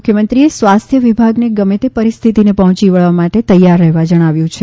મુખ્યમંત્રીએ સ્વાસ્થ્ય વિભાગને ગમે તે પરિસ્થિતિને પહોંચી વળવા તૈયાર રહેવા જણાવાયું છે